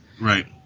Right